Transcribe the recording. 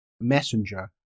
messenger